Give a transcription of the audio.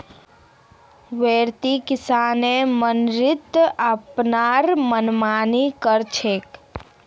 बोरो किसान मंडीत अपनार मनमानी कर छेक